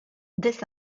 this